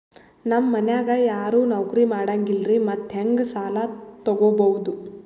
ನಮ್ ಮನ್ಯಾಗ ಯಾರೂ ನೌಕ್ರಿ ಮಾಡಂಗಿಲ್ಲ್ರಿ ಮತ್ತೆಹೆಂಗ ಸಾಲಾ ತೊಗೊಬೌದು?